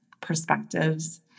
perspectives